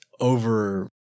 over